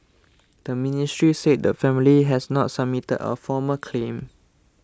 the ministry said the family has not submitted a formal claim